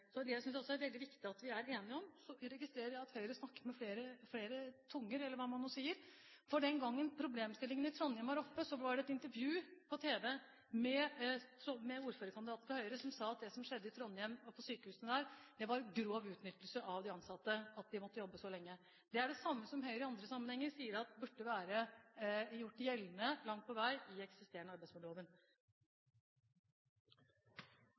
det. Det synes jeg også det er veldig viktig at vi er enige om. Så registrerer jeg at Høyre snakker med flere tunger – eller hva man nå sier. Den gang problemstillingen i Trondheim var oppe, var det et intervju på tv med ordførerkandidaten fra Høyre, som sa at det som skjedde på sykehusene i Trondheim, var grov utnyttelse av de ansatte som måtte jobbe så lenge. Det er det samme som Høyre i andre sammenhenger sier burde vært gjort gjeldende – langt på vei – i den eksisterende arbeidsmiljøloven.